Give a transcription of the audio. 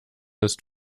ist